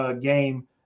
game